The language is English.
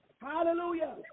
Hallelujah